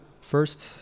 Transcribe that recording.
first